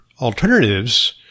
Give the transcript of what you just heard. alternatives